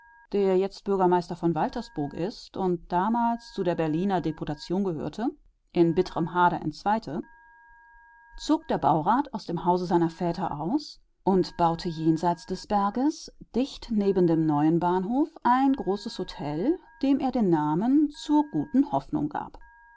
der jetzt bürgermeister von waltersburg ist und damals zu der berliner deputation gehörte in bitterem hader entzweite zog der baurat aus dem hause seiner väter aus und baute jenseits des berges dicht neben den neuen bahnhof ein großes hotel dem er den namen zur guten hoffnung gab